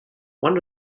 one